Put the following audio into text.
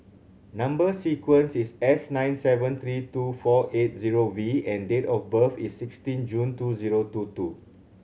number sequence is S nine seven three two four eight zero V and date of birth is sixteen June two zero two two